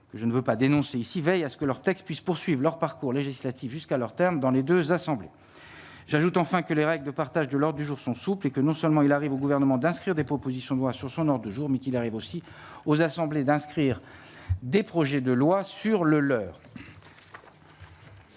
je ne veux pas dénoncer ici, veille à ce que leur textes puissent poursuivre leur parcours législatif jusqu'à leur terme, dans les 2 assemblées, j'ajoute enfin que les règles de partage de l'Ordre du jour sont souples et que non seulement il arrive au gouvernement d'inscrire des propositions de lois sur son nom 2 jours mais qu'il arrive aussi aux assemblées d'inscrire des projets de loi sur le leur.